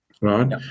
Right